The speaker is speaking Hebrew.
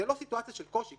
זו לא סיטואציה של קושי.